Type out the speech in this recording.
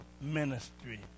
ministry